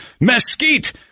mesquite